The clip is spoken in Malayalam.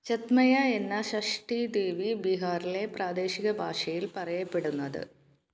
ഛത്മയ്യ എന്ന ഷഷ്ഠീദേവി ബിഹാറിലെ പ്രാദേശിക ഭാഷയിൽ പറയപ്പെടുന്നത്